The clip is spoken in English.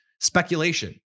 speculation